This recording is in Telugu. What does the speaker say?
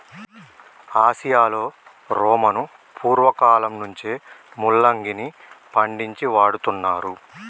ఆసియాలో రోమను పూర్వకాలంలో నుంచే ముల్లంగిని పండించి వాడుతున్నారు